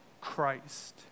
Christ